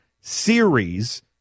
series